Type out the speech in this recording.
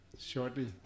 Shortly